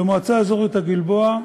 במועצה האזורית הגלבוע,